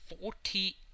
forty